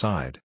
Side